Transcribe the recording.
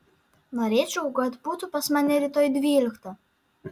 norėčiau kad būtų pas mane rytoj dvyliktą